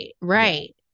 right